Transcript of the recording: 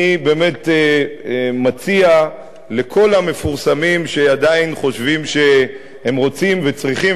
אני באמת מציע לכל המפורסמים שעדיין חושבים שהם רוצים וצריכים,